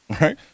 Right